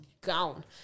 gone